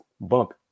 bump